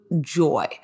joy